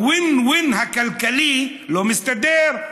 ה-win-win הכלכלי לא מסתדר.